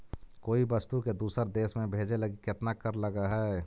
कोई वस्तु के दूसर देश में भेजे लगी केतना कर लगऽ हइ?